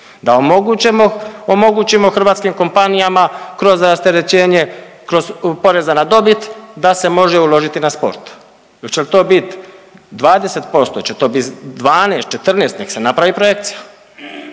da omogućimo hrvatskim kompanijama kroz rasterećenje kroz poreza na dobit da se može uložiti na sport, oće to biti 20%, oće to bit 12, 14, nek se napravi projekcija